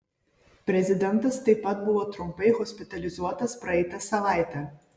prezidentas taip pat buvo trumpai hospitalizuotas praeitą savaitę